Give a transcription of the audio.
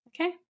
okay